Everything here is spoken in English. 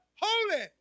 Holy